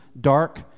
dark